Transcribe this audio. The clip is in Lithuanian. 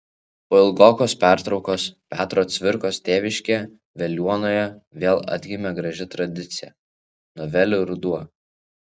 po ilgokos pertraukos petro cvirkos tėviškėje veliuonoje vėl atgimė graži tradicija novelių ruduo